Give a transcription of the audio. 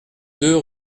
deux